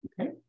okay